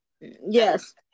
Yes